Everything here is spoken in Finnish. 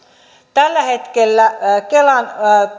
tällä hetkellä kelan